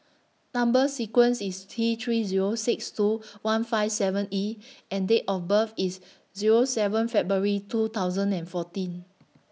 Number sequence IS T three Zero six two one five seven E and Date of birth IS Zero seven February two thousand and fourteen